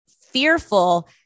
fearful